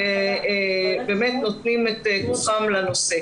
והם נותנים את כוחם לנושא.